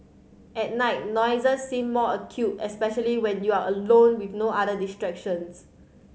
at night noises seem more acute especially when you are alone with no other distractions